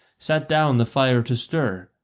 sat down the fire to stir,